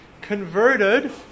converted